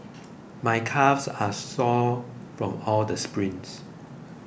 my calves are sore from all the sprints